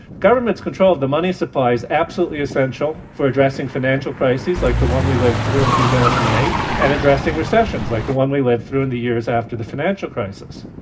government's control of the money supply is absolutely essential for addressing financial crises like the one we lived through in two thousand and eight and addressing recessions like the one we lived through in the years after the financial crisis.